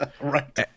Right